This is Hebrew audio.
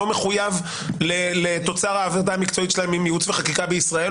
לא מחויב לתוצר העבודה המקצועית שלהם אם ייעוץ וחקיקה בישראל,